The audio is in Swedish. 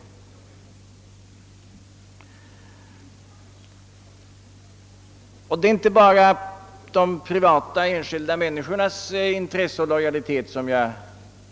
Jag innefattar i denna fråga inte bara de enskilda människornas intresse och lojalitet.